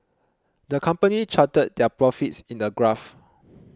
the company charted their profits in a graph